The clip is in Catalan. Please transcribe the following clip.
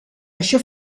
això